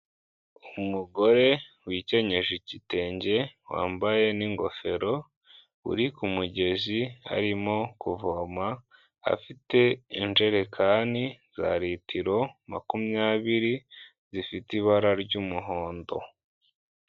Umugore wikenyeje igitenge wambaye n'ingofero uri ku mugezi arimo kuvoma afite injerekani za litiro makumyabiri zifite ibara ry'umuhondo.